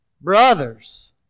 brothers